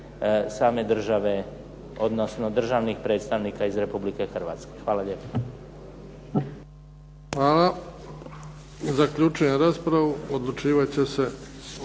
same države, odnosno državnih predstavnika iz Republike Hrvatske. Hvala lijepo. **Bebić, Luka (HDZ)** Hvala. Zaključujem raspravu. Odlučivat će se